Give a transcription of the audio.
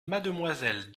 mademoiselle